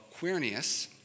Quirinius